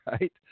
right